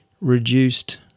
reduced